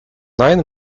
nine